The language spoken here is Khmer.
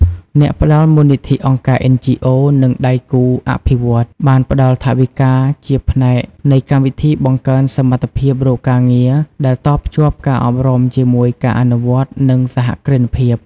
អ្នកផ្តល់មូលនិធិ អង្គការ NGO និងដៃគូអភិវឌ្ឍន៍ បានផ្តល់ថវិកាជាផ្នែកនៃកម្មវិធីបង្កើនសមត្ថភាពរកការងារដែលតភ្ជាប់ការអប់រំជាមួយការអនុវត្តន៍ និងសហគ្រិនភាព។